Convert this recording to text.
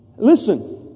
Listen